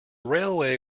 railway